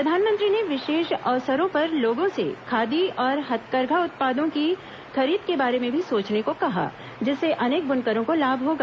प्रधानमंत्री ने विशेष अवसरों पर लोगों से खादी और हथकरघा उत्पापदों की खरीद के बारे में भी सोचने को कहा जिससे अनेक बुनकरों को लाभ होगा